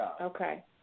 Okay